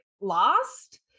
lost